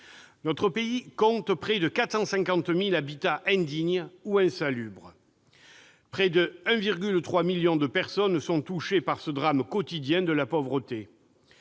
Notre pays compte près de 450 000 habitats indignes ou insalubres ; près de 1,3 million de personnes sont touchées par ce drame quotidien de la pauvreté.